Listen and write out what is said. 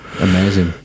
Amazing